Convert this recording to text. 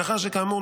מאחר שכאמור,